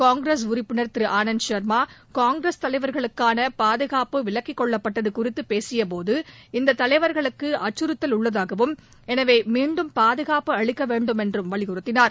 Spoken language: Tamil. காங்கிரஸ் உறுப்பினர் திரு ஆனந்த் சர்மா காங்கிரஸ் தலைவர்களுக்கான பாதுகாப்பு விலக்கிக் கொள்ளப்பட்டது குறித்து பேசியபோது இந்த தலைவர்களுக்கு அச்சுறுத்தல் உள்ளதாகவும் எனவே மீண்டும் பாதுகாப்பு அளிக்க வேண்டுமென்றும் வலியுறுத்தினார்